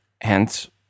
hence